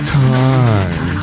time